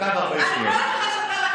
יש לי עוד דקה ו-40 שניות.